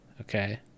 Okay